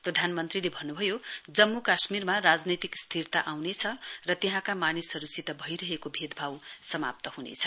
प्रधानमन्त्रीले भन्नुभयो जम्मू काश्मीरमा राजनैतिक स्थिरता आउनेछ र त्यहाँका मानिसहरुसित भइरहेको भेदभाव समाप्त हुनेछ